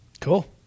Cool